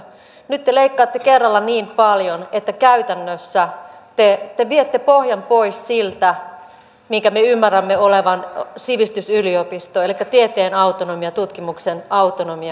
nyt te leikkaatte kerralla niin paljon että käytännössä te viette pohjan pois siltä minkä me ymmärrämme olevan sivistysyliopisto elikkä tieteen autonomian ja tutkimuksen autonomian